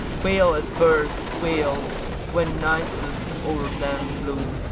quail as birds quailed when nisus o'er them flew